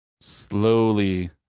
slowly